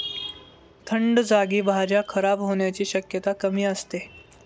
थंड जागी भाज्या खराब होण्याची शक्यता कमी असते